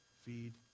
feed